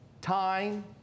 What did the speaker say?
time